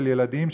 של ילדים,